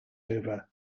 over